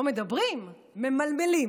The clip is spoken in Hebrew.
לא מדברים, ממלמלים,